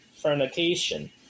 fornication